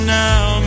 now